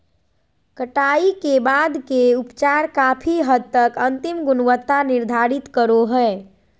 कटाई के बाद के उपचार काफी हद तक अंतिम गुणवत्ता निर्धारित करो हइ